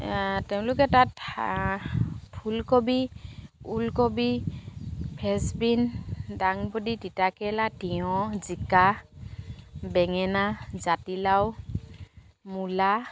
তেওঁলোকে তাত ফুলকবি ঊলকবি ফ্ৰেন্সবিন ডাংবদি তিতাকেৰেলা তিয়ঁহ জিকা বেঙেনা জাতিলাও মূলা